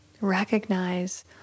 Recognize